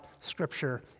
scripture